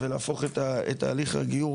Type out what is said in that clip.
ולהפוך את תהליך הגיור,